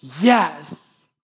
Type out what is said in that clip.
Yes